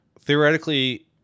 theoretically